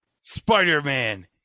Spider-Man